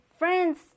Friends